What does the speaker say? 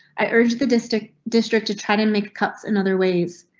i urged the district district to try to make cuts in other ways.